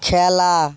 খেলা